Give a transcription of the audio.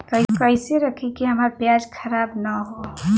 कइसे रखी कि हमार प्याज खराब न हो?